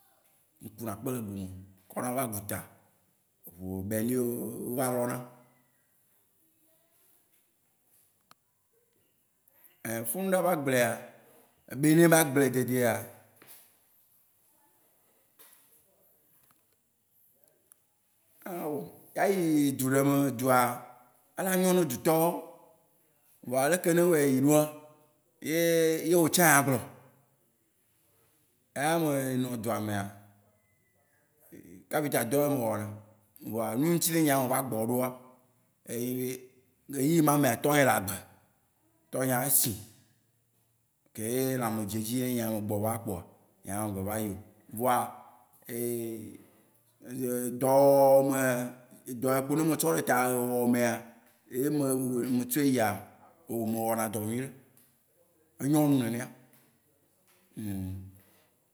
Mi ku na kpe le gume kɔ na va guta. Eʋu berlines wó va lɔ na. Ɛ funu ɖa be agblea, bene be agble dedea, awɔ, yea ayi du ɖe mea, edua ela nyo ne du tɔwó, vɔa leke ne leyi ɖoa. ye- ye wò tsã agblɔ. Nya me nɔ dua mea, kapita dɔ ye me wɔna. Vɔa nuyi ŋutsi ne nyea me va gbɔ ɖoa, eye nyi be ɣeyiɣi me mea, tɔ nye le agbe. Tɔ nyea, esĩ. Keye lãme dze edzi ye nyea me gbɔ va kpoa, nyea nye me gba va yio. Vɔa dɔwɔwɔ me, edɔ ya ko ne me tsɔ ɖe ta wɔwɔ mea, eyi me tsɔe yia, o me wɔna dɔ nyuiɖe. Enyo num nenea.